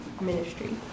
ministry